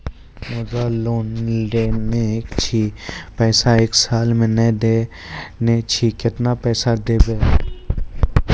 मुद्रा लोन लेने छी पैसा एक साल से ने देने छी केतना पैसा देब?